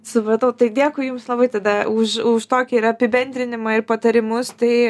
supratau tai dėkui jums labai tada už už tokį ir apibendrinimą ir patarimus tai